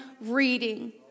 reading